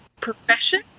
profession